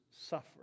suffer